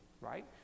right